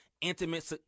intimate